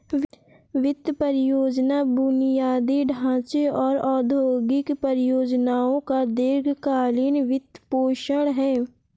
वित्त परियोजना बुनियादी ढांचे और औद्योगिक परियोजनाओं का दीर्घ कालींन वित्तपोषण है